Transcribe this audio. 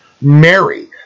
Mary